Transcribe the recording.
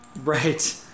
right